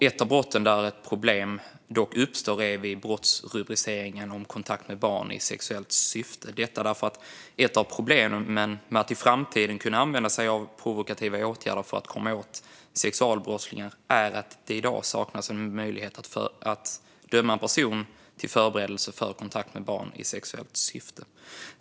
Ett av brotten där problem dock uppstår är vid brottsrubriceringen kontakt med barn i sexuellt syfte - detta för att ett av problemen med att i framtiden kunna använda sig av provokativa åtgärder för att komma åt sexualbrottslingar är att det i dag saknas möjlighet att döma en person för förberedelse för kontakt med barn i sexuellt syfte.